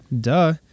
Duh